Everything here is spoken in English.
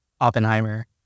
Oppenheimer